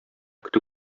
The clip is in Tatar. көтү